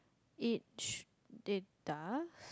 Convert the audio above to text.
each data